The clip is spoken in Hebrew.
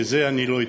ואת זה אני לא אתן.